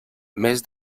més